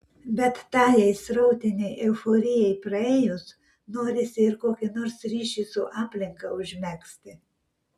bet tajai srautinei euforijai praėjus norisi ir kokį nors ryšį su aplinka užmegzti